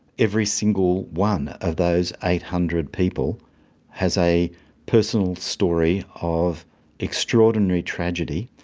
every single one of those eight hundred people has a personal story of extraordinary tragedy,